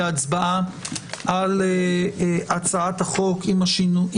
להצבעה על הצעת החוק עם השינויים,